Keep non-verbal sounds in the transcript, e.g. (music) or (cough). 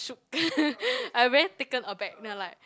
shook (laughs) I very taken aback then I'm like